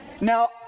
Now